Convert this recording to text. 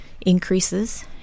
increases